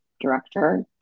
director